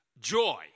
joy